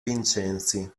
vincenzi